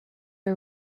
are